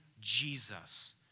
Jesus